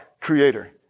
creator